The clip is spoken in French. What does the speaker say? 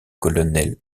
colonel